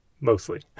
Mostly